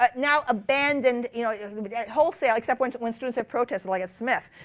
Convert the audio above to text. but now abandoned you know wholesale except when but when students have protested, like at smith.